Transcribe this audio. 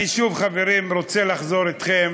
אני, שוב, חברים, רוצה לחזור אתכם